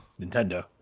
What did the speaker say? nintendo